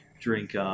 drink